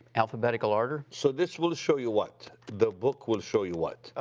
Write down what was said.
alphabetical order. so this will show you what? the book will show you what?